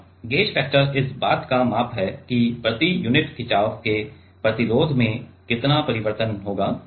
यह gauge factor इस बात का माप है कि प्रति यूनिट खिचाव के प्रतिरोध में कितना परिवर्तन होगा